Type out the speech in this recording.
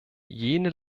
jene